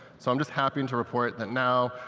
so i'm just happy and to report that now,